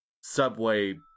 Subway